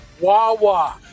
Wawa